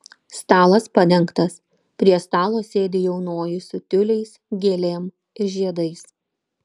stalas padengtas prie stalo sėdi jaunoji su tiuliais gėlėm ir žiedais